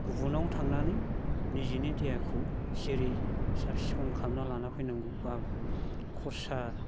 गुबुनाव थांनानै निजेनि देहाखौ जेरै साब सिखन खालामना लाना बा फैनांगौ खरसा